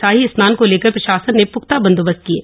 शाही स्नान को लेकर प्रशासन ने प्ख्ता बंदोबस्त किये